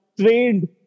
trained